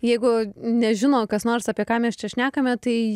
jeigu nežino kas nors apie ką mes čia šnekame tai